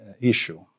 issue